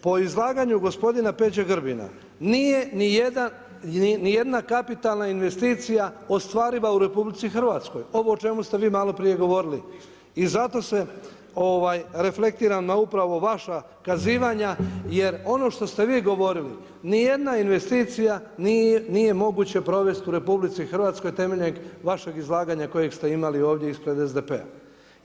Po izlaganju gospodina Peđe Grbina nije nijedna kapitalna investicija ostvariva u RH, ovo o čemu ste malo prije govorili i zato se reflektiram na upravo vaša kazivanja jer ono što ste vi govorili, nijednu investiciju nije moguće provesti u RH temeljem vašeg izlaganja kojeg ste imali ovdje ispred SDP-a.